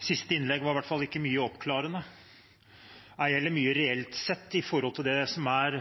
Siste innlegg var i hvert fall ikke mye oppklarende, ei heller reelt sett, med hensyn til det som er